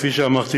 כפי שאמרתי,